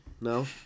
no